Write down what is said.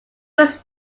was